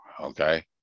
okay